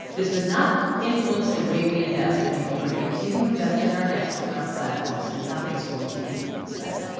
this does not influence the way we invest. i mean, we're going to continue to invest in our networks and our platforms and nothing's going to influence that.